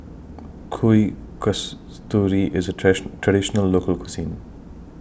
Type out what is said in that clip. Kuih Kasturi IS A Traditional Local Cuisine